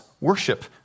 worship